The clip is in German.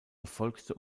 erfolgte